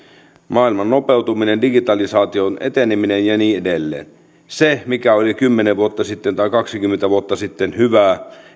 maailman nopeutuminen digitalisaation eteneminen ja niin edelleen se mikä oli kymmenen vuotta tai kaksikymmentä vuotta sitten hyvää ei